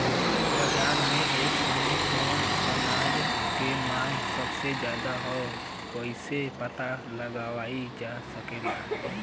बाजार में एक समय कवने अनाज क मांग सबसे ज्यादा ह कइसे पता लगावल जा सकेला?